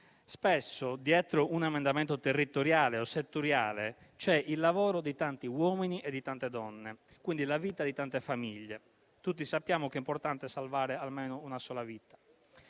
Spesso, dietro un emendamento territoriale o settoriale c'è il lavoro di tanti uomini e di tante donne, quindi la vita di tante famiglie. Tutti sappiamo che è importante salvare anche una sola vita.